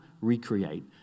recreate